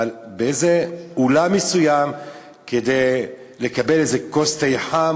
אבל לאיזה אולם מסוים כדי לקבל איזה כוס תה או